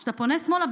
כשאתה פונה שמאלה,